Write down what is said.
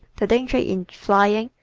the danger in flying,